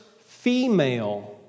female